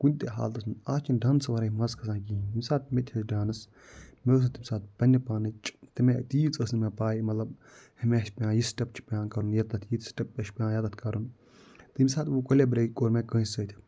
کُنہِ تہِ حالتَس منٛز آز چھِنہٕ ڈانسہٕ وَرٲے مَزٕ کھسان کِہیٖنۍ ییٚمہِ ساتہٕ مےٚ تہِ ہیچھ ڈانَس مےٚ اوس نہٕ تٔمۍ ساتہٕ پَنٛنہِ پانٕچ تٔمۍ آیہِ تیٖژ ٲسۍ نہٕ مےٚ پاے مطلب ہیٚمہِ آیہِ چھِ یہِ سِٹیٚپ چھِ پٮ۪وان کَرُن یَتتھ یہِ سِٹیٚپ مےٚ چھِ پٮ۪وان یَتتھ کَرُن تٔمۍ ساتہٕ وٕ کلوابریٹ کوٚر مےٚ کانٛسہِ سۭتۍ